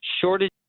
shortage